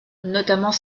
notamment